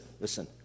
listen